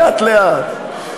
לאט-לאט.